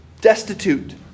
destitute